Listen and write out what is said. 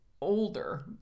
older